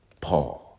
Paul